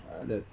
that's why